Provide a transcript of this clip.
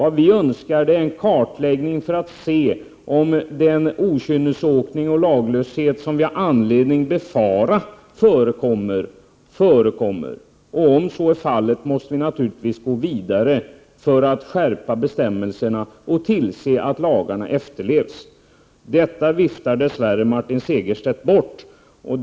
Vad vi önskar är en kartläggning för att se om den okynnesåkning och laglöshet som vi har anledning befara verkligen förekommer. Om så är fallet måste vi naturligtvis gå vidare för att skärpa bestämmelserna och tillse att lagarna efterlevs. Detta viftar Martin Segerstedt dess värre bort.